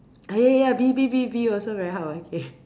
ah ya ya ya bee bee bee bee also very hardworking